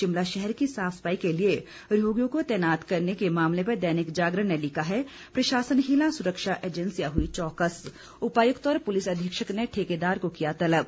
शिमला शहर की साफ सफाई के लिए रोहिंग्यो को तैनात करने के मामले पर दैनिक जागरण ने लिखा है प्रशासन हिला सुरक्षा एजेंसियां हुई चौकस उपायुक्त और पुलिस अधीक्षक ने ठेकेदार को किया तलब